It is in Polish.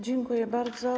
Dziękuję bardzo.